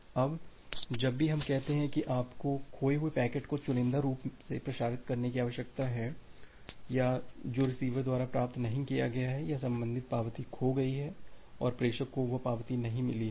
अब जब भी हम कहते हैं कि आपको खोए हुए पैकेट को चुनिंदा रूप से प्रसारित करने की आवश्यकता है या जो रिसीवर द्वारा प्राप्त नहीं किया गया है या संबंधित पावती खो गई है और प्रेषक को वह पावती नहीं मिली है